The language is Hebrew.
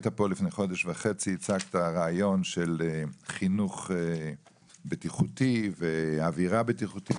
היית פה לפני חודש וחצי והצגת רעיון של חינוך בטיחותי ואווירה בטיחותית